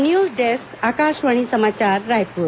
news desk Akashvani समाचार रायपुर